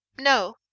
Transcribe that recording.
no